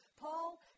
Paul